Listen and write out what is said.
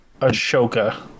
Ashoka